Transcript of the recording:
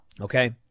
okay